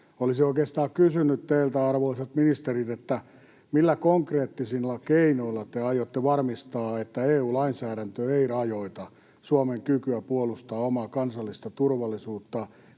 Olisin oikeastaan kysynyt teiltä, arvoisat ministerit, millä konkreettisilla keinoilla te aiotte varmistaa, että EU-lainsäädäntö ei rajoita Suomen kykyä puolustaa omaa kansallista turvallisuutta